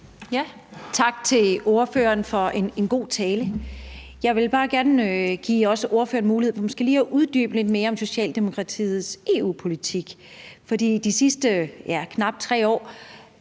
Tak til ordføreren for en god tale. Jeg vil bare gerne give ordføreren mulighed for måske lige at uddybe lidt mere om Socialdemokratiets EU-politik. For de sidste, ja, knap 3 år